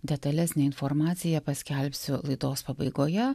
detalesnę informaciją paskelbsiu laidos pabaigoje